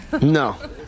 No